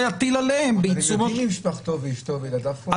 המעמד שלהם לא מסודר עדיין ומשפחתם גרה פה.